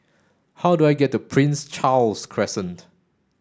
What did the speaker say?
how do I get to Prince Charles Crescent